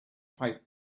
pipe